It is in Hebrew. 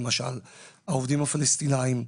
העובדים הפלסטיניים,